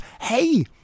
Hey